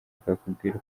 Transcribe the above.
akakubwira